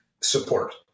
support